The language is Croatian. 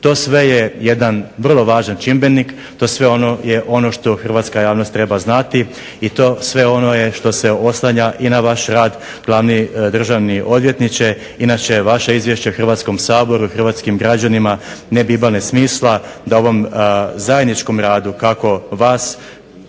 To sve je jedan vrlo važan čimbenik, to je sve ono što hrvatska javnost treba znati i to je sve ono što se oslanja na vaš rad glavni državni odvjetniče. Inače vaše izvješće Hrvatskom saboru i hrvatskim građanima ne bi imali smisla da u ovom zajedničkom radu kako vas,